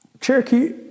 Cherokee